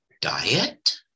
diet